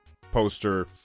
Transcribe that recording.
poster